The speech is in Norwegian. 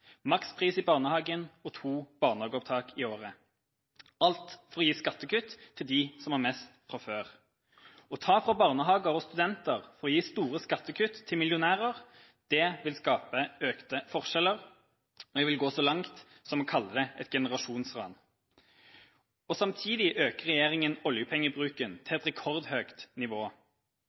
makspris i barnehagen og to barnehageopptak i året; alt for å gi skattekutt til dem som har mest fra før. Å ta fra barnehager og studenter for å gi store skattekutt til millionærer vil skape økte forskjeller, og jeg vil gå så langt som å kalle det et generasjonsran. Samtidig øker regjeringa oljepengebruken til et rekordhøyt nivå.